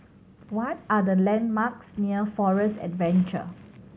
what are the landmarks near Forest Adventure